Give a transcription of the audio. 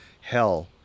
hell